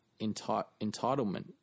entitlement